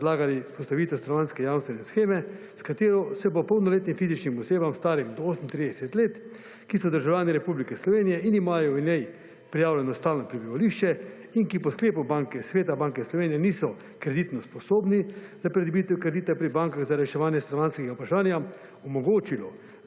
predlagali postavitev stanovanjske jamstvene sheme, s katero se bo polnoletnim fizičnim osebam, starim do 38 let, ki so državljani Republike Slovenije, in imajo v njej prijavljeno stalno prebivališče, in ki po sklepu Banke sveta Banke Slovenije niso kreditno sposobni za pridobitev kredita pri bankah za reševanj stanovanjskega vprašanja, omogočilo